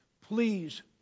Please